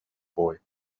boy